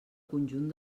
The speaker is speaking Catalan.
conjunt